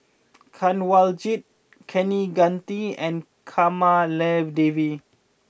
Kanwaljit Kaneganti and Kamaladevi